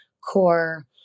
core